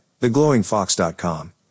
theglowingfox.com